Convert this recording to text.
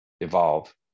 evolve